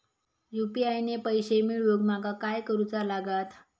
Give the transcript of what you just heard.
UPI ने पैशे मिळवूक माका काय करूचा लागात?